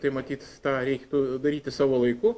tai matyt tą reiktų daryti savo laiku